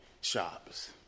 shops